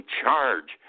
charge